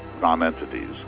non-entities